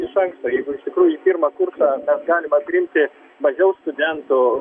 iš anksto jeigu iš tikrųjų į pirmą kursą mes galima priimti mažiau studentų